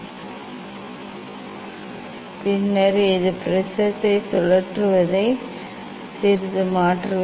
ஆம் என்பதிலிருந்து இது சராசரி விலகல் ஆகும் இது சராசரி தீட்டா நான் பின்னர் இது ப்ரிஸத்தை சுழற்றுவதை சிறிது மாற்றுவேன்